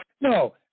No